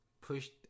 pushed